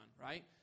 right